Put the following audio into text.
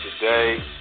today